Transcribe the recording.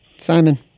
simon